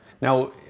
now